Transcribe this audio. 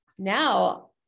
now